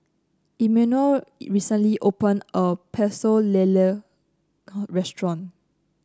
Immanuel recently open a Pecel Lele restaurant